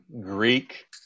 Greek